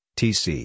tc